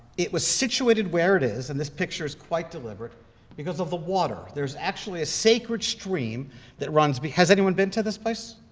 it was situated where it is and this picture is quite deliberate because of the water. there's actually a sacred stream that runs has anyone been to this place?